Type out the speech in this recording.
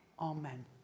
Amen